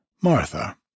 Martha